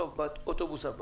באוטובוס הבא.